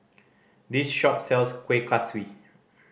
this shop sells Kueh Kaswi